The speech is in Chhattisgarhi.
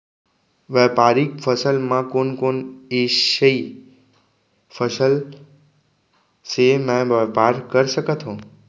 व्यापारिक फसल म कोन कोन एसई फसल से मैं व्यापार कर सकत हो?